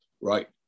right